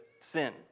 sin